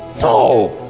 No